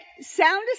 sound